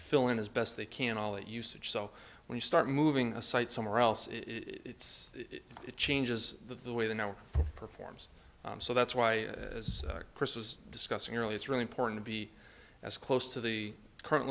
fill in as best they can all the usage so when you start moving a site somewhere else it's it changes the way the now performs so that's why as chris was discussing really it's really important to be as close to the current